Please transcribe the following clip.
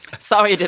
sorry.